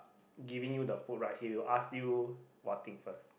giving you the food right he will ask you what thing first